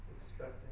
Expecting